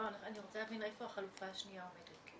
לא, אני רוצה להבין איפה החלופה השנייה עומדת.